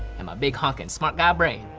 and my big, honkin' smart guy brain.